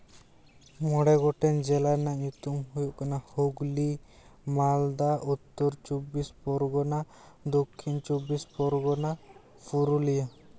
ᱢᱚᱬᱮ ᱜᱚᱴᱮᱱ ᱡᱮᱞᱟ ᱨᱮᱭᱟᱜ ᱧᱩᱛᱩᱢ ᱦᱩᱭᱩᱜ ᱠᱟᱱᱟ ᱦᱩᱜᱽᱞᱤ ᱢᱟᱞᱫᱟ ᱩᱛᱛᱚᱨ ᱪᱚᱵᱵᱤᱥ ᱯᱨᱜᱚᱱᱟ ᱫᱚᱠᱠᱷᱤᱱ ᱪᱚᱵᱵᱤᱥ ᱯᱚᱨᱜᱚᱱᱟ ᱯᱩᱨᱩᱞᱤᱭᱟᱹ